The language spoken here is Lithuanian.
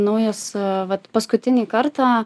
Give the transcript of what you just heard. naujas vat paskutinį kartą